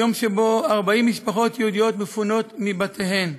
יום שבו 40 משפחות יהודיות מפונות מבתיהן.